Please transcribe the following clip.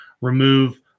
remove